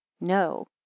No